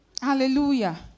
Hallelujah